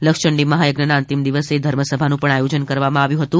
લક્ષચંડી મહાયજ્ઞના અંતિમદિવસે ધર્મસભાનું પણ આયોજન કરવામા આવ્યું હતું